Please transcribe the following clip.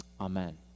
Amen